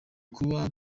kuba